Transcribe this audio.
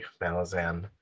Malazan